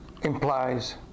implies